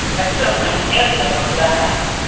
a real tangible one, for that matter,